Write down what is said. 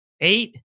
Eight